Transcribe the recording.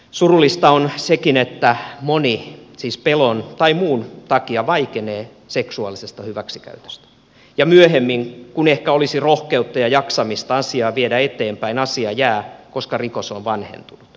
surullista on sekin että moni siis pelon tai muun takia vaikenee seksuaalisesta hyväksikäytöstä ja myöhemmin kun ehkä olisi rohkeutta ja jaksamista asiaa viedä eteenpäin asia jää koska rikos on vanhentunut